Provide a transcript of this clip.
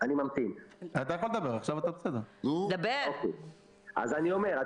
אני יודעת שאתם במשרד מכירים באחוז מסוים של הוצאות